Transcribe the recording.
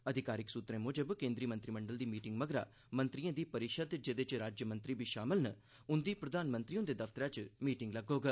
अधिकारिक सुत्तरें मुजब केन्द्री मंत्रीमंडल दी मीटिंग मगरा मंत्रिएं दी परिषद जेह्दे च राज्यमंत्री बी शामिल न उंदी प्रधानमंत्री हुंदे दफ्तरै च मीटिंग लग्गोग